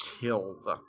killed